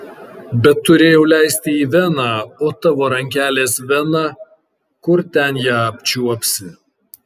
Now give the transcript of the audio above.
bet turėjau leisti į veną o tavo rankelės vena kur ten ją apčiuopsi